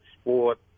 sport